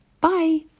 Bye